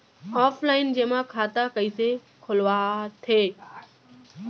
Offline जेमा खाता कइसे खोलवाथे?